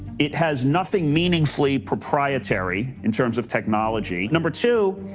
it has nothing meaningfully proprietary in terms of technology. number two,